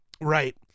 Right